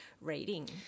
reading